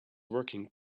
working